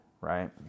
Right